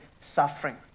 suffering